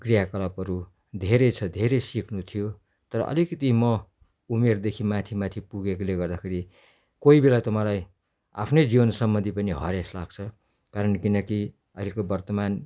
क्रियाकलापहरू धेरै छ धेरै सिक्नु थियो तर अलिकति म उमेरदेखि माथि माथि पुगेकोले गर्दाखेरि कोही बेला त मलाई आफ्नै जीवन सम्बन्धी पनि हरेस लाग्छ कारण किनकि अहिलेको वर्तमान